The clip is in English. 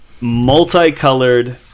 multicolored